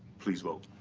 please vote.